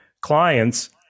clients